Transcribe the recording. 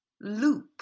loop